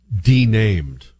denamed